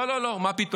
לא, לא, לא, מה פתאום.